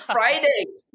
Fridays